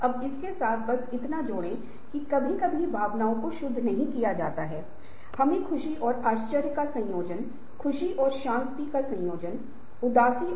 और अगर आप ERP IIT खड़गपुर में देखें तो छात्रों के फीस के भुगतान से लेकर कक्षा आवंटन और शिक्षकों के कार्य भार तक सब कुछ प्रशासन के लिए प्रबंधित किया जाता है